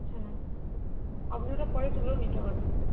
হ্যাঁ আপনি ওটা পরে তুলেও নিতে পারেন